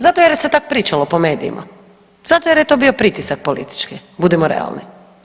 Zato jer se tako pričalo po medijima, zato jer je to bio pritisak politički budimo realni.